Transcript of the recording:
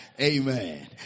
Amen